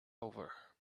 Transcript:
over